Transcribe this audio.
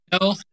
No